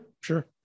sure